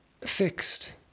fixed